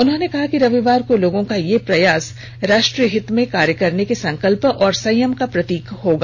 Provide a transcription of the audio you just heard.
उन्होंने कहा कि रविवार को लोगों का यह प्रयास राष्ट्रीय हित में कार्य करने के संकल्प और संयम का प्रतीक होगा